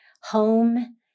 home